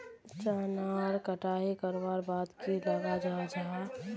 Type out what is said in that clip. चनार कटाई करवार बाद की लगा जाहा जाहा?